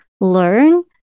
learn